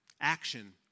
action